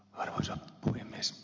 arvoisa puhemies